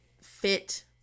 fit